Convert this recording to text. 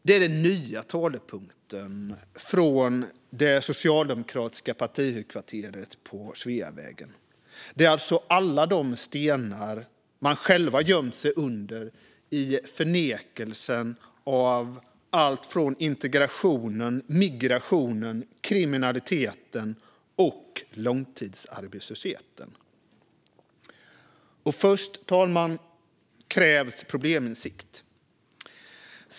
Det är den nya talepunkten från det socialdemokratiska partihögkvarteret på Sveavägen. Det är alltså alla stenar de själva gömt sig under i förnekelsen av allt från integrationen, migrationen, kriminaliteten och långtidsarbetslösheten. Fru talman! Först krävs probleminsikt.